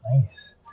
Nice